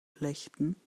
flechten